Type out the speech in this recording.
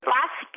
Last